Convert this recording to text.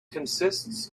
consists